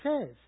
says